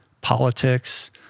politics